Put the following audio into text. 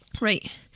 Right